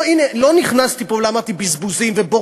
לא נכנסתי פה ולא אמרתי "בזבוזים" ו"בור